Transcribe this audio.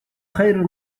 خير